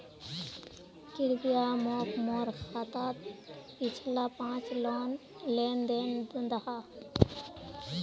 कृप्या मोक मोर खातात पिछला पाँच लेन देन दखा